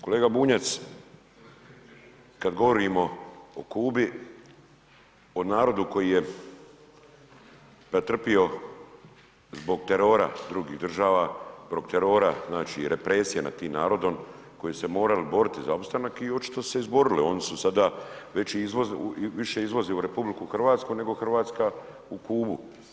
Kolega Bunjac, kad govorimo o Kubi, o narodu koji je pretrpio zbog terora drugih država, zbog terora, znači, represije nad tim narodom koji su se morali boriti za opstanak i očito su se izborili, oni su sada već, više izvoze u RH, nego RH u Kubu.